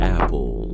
Apple